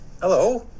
Hello